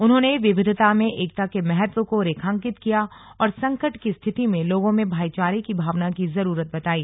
उन्होंने विविधता में एकता के महत्व को रेखांकित किया और संकट की स्थिति में लोगों में भाईचारे की भावना की जरूरत बताई